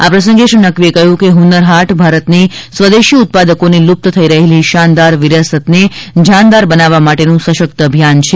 આ પ્રસંગે શ્રી નકવીએ કહ્યું કે હુન્નર હાટ ભારતની સ્વદેશી ઉત્પાદકોની લુપ્ત થઇ રહેલી શાનદાર વિરાસતને જાનદાર બનાવવા માટેનું સશકત અભિયાન છે